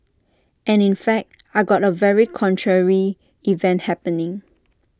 and in fact I got A very contrary event happening